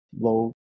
low